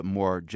more